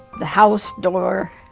the house door,